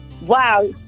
Wow